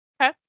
Okay